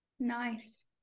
Nice